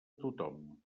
tothom